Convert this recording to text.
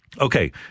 okay